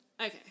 Okay